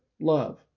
love